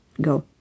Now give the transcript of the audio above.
Go